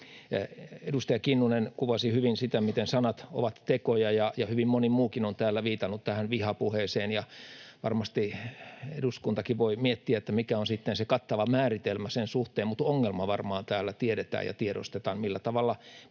Edustaja Kinnunen kuvasi hyvin sitä, miten sanat ovat tekoja, ja hyvin moni muukin on täällä viitannut tähän vihapuheeseen. Varmasti eduskuntakin voi miettiä, mikä on sitten se kattava määritelmä sen suhteen, mutta ongelma varmaan täällä tiedetään ja tiedostetaan: